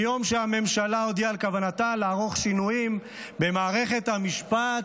מיום שהממשלה הודיעה על כוונתה לערוך שינויים במערכת המשפט,